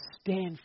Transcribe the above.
stand